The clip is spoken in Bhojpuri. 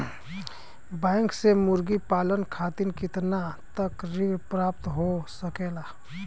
बैंक से मुर्गी पालन खातिर कितना तक ऋण प्राप्त हो सकेला?